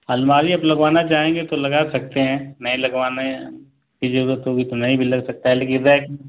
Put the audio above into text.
अलमारी आप लगवाना चाहेंगे तो लगा सकते हैं नहीं लगवाने की जरूरत होगी तो नहीं भी लग सकता है लेकिन रैख